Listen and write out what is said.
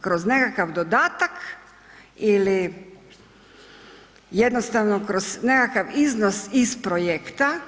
Kroz nekakav dodatak ili jednostavno kroz nekakav iznos iz projekta